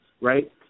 right